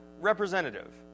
representative